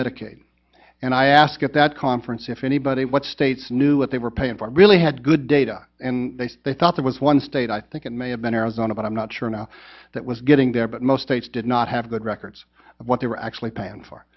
medicaid and i asked at that conference if anybody what states knew what they were paying for i really had good data and they thought it was one state i think it may have been arizona but i'm not sure now that was getting there but most states did not have good records of what they were actually paying for